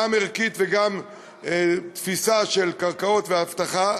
גם ערכית וגם תפיסה של קרקעות ואבטחה,